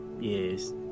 yes